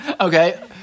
okay